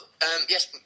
Yes